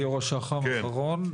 גיורא שחם, בבקשה.